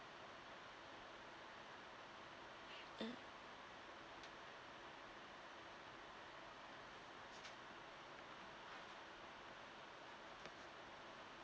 mm